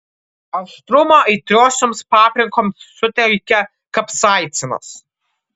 aštrumą aitriosioms paprikoms suteikia kapsaicinas